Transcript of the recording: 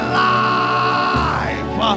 life